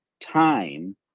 time